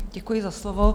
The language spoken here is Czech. Děkuji za slovo.